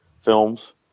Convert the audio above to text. films